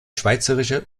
schweizerische